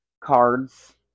cards